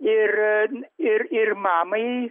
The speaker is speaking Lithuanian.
ir ir ir mamai